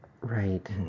right